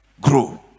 grow